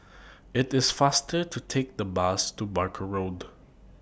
IT IS faster to Take The Bus to Barker Road